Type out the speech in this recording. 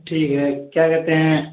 ठीक है क्या कहते हैं